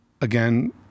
again